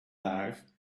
life